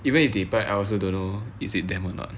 even if they bite I also don't know is it them or not